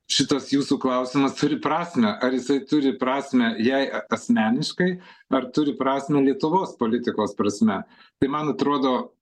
šitas jūsų klausimas turi prasmę ar jisai turi prasmę jai asmeniškai ar turi prasmę lietuvos politikos prasme tai man atrodo